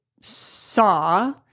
saw